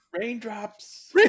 raindrops